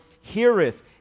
heareth